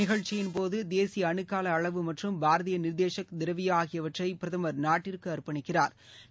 நிகழ்ச்சியின்போது தேசிய அணு கால அளவு மற்றும் பாரதிய நிர்தேஷக் திரவியா ஆகியவற்றை பிரதமர் நாட்டிற்கு அர்ப்பணிக்கிறறர்